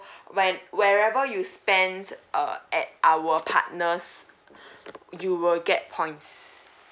when wherever you spend uh at our partners you will get points